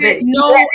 No